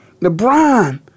LeBron